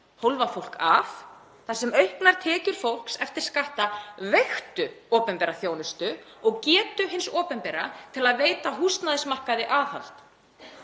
hólfa fólk af þar sem auknar tekjur fólks eftir skatta veiktu opinbera þjónustu og getu hins opinbera til að veita húsnæðismarkaði aðhald.